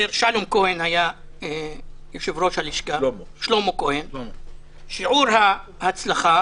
כאשר שלמה כהן היה יושב-ראש הלשכה, שיעור ההצלחה